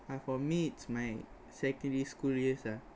uh for me it's my secondary school years ah